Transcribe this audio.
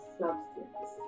substance